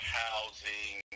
housing